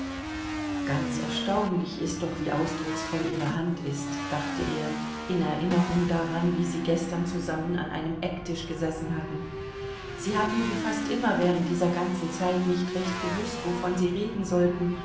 ganz erstaunlich ist doch wie ausdrucksvoll ihre hand ist dachte er in erinnerung daran wie sie gestern zusammen an einem ecktisch gesessen hatten sie hatten wie fast immer während dieser ganzen zeit nicht recht gewußt wovon sie reden sollten